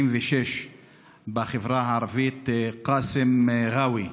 76 בחברה הערבית, קאסם גאווי.